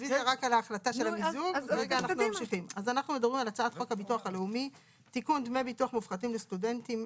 הצעת חוק הביטוח הלאומי (תיקון מס' ...) (דמי ביטוח מופחתים לסטודנטים),